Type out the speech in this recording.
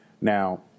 Now